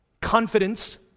Confidence